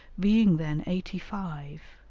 being then eighty-five